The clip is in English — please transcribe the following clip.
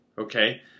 okay